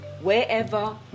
wherever